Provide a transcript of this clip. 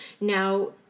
Now